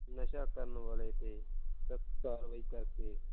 ਨਸ਼ਾ ਕਰਨ ਵਾਲੇ 'ਤੇ ਸਖ਼ਤ ਕਾਰਵਾਈ ਕਰਕੇ